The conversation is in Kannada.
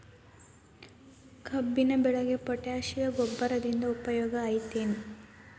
ಕಬ್ಬಿನ ಬೆಳೆಗೆ ಪೋಟ್ಯಾಶ ಗೊಬ್ಬರದಿಂದ ಉಪಯೋಗ ಐತಿ ಏನ್?